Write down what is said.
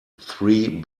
three